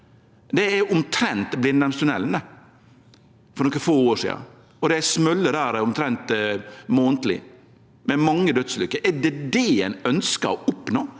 Det er omtrent Blindheimstunnelen for nokre få år sidan, og det har smolle der omtrent månadleg, med mange dødsulykker. Er det det ein ønskjer å oppnå